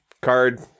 card